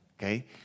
Okay